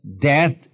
Death